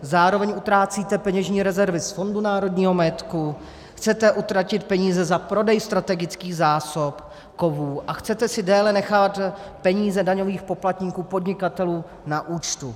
Zároveň utrácíte peněžní rezervy z Fondu národního majetku, chcete utratit peníze za prodej strategických zásob kovů a chcete si déle nechat peníze daňových poplatníků podnikatelů, na účtu.